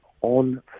on